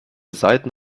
saiten